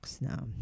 now